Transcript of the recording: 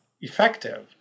effective